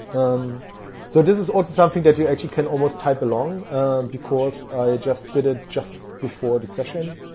um so this is also something that you actually can almost type along because i adjusted it just before the session.